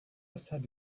sabe